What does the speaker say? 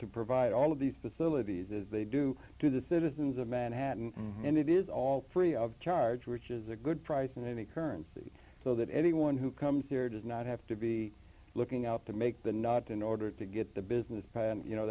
provide all of these facilities as they do to the citizens of manhattan and it is all free of charge which is a good price in any currency so that anyone who comes here does not have to be looking out to make the not in order to get the business and you know